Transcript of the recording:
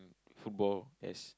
football as